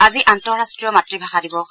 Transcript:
আজি আন্তঃৰাষ্ট্ৰীয় মাতৃভাষা দিৱস